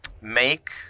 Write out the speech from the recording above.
Make